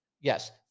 Yes